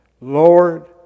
Lord